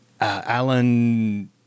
Alan